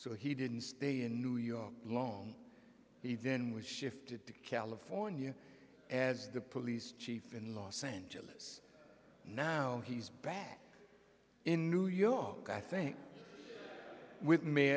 so he didn't stay in new york long he then was shifted to california as the police chief in los angeles now he's back in new york i think with m